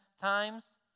times